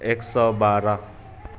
ایک سو بارہ